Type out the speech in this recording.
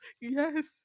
Yes